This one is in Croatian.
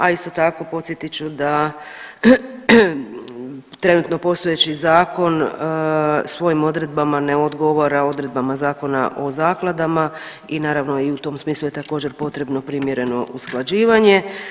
A isto tako podsjetit ću da trenutno postojeći zakon svojim odredbama ne odgovara odredbama Zakona o zakladama i naravno i u tom smislu je također potrebno primjereno usklađivanje.